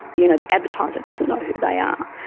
you know the advertiser doesn't know who they are.